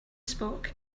spoke